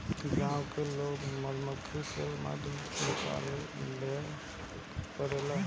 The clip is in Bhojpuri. गाँव के लोग मधुमक्खी से मधु निकाल के बेचबो करेला